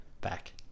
back